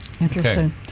Interesting